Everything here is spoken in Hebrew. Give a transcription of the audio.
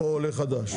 או עולה חדש.